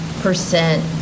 percent